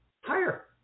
higher